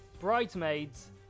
Bridesmaids